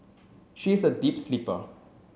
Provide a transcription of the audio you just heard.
she is a deep sleeper